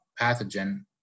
pathogen